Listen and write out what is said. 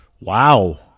Wow